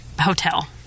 hotel